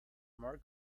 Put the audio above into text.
more